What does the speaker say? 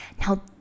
Now